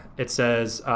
it says,